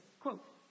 quote